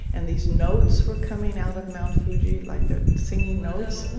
and these notes were coming out of mount fuji like ah singing notes